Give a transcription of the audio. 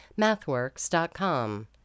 MathWorks.com